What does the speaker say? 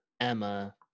Emma